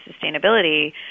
sustainability